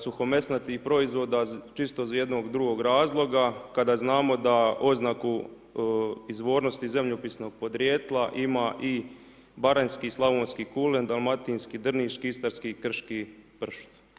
Suhomesnatih proizvoda čisto iz jednog drugog razloga, kada znamo da oznaku izvornosti zemljopisnog podrijetla ima i baranjski slavonski kulen, dalmatinski drniški, istarski i krški pršut.